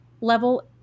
level